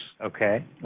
Okay